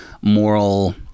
moral